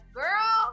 girl